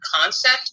concept